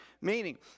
meaning